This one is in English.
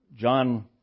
John